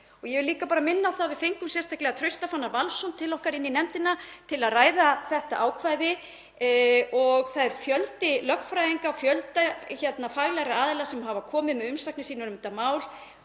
Ég vil líka bara minna á að við fengum sérstaklega Trausta Fannar Valsson til okkar inn í nefndina til að ræða þetta ákvæði og það er fjöldi lögfræðinga og fjöldi faglegra aðila sem hefur komið með umsagnir sínar um þetta mál.